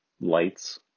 lights